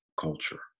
culture